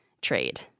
trade